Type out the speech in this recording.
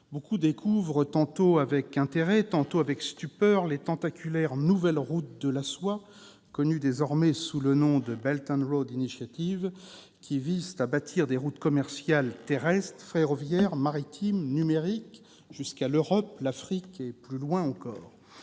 Beaucoup découvrent, tantôt avec intérêt, tantôt avec stupeur, les tentaculaires nouvelles routes de la soie. Connues désormais sous le nom de, elles visent à bâtir des routes commerciales terrestres, ferroviaires, maritimes et numériques jusqu'à l'Europe, l'Afrique et plus loin encore.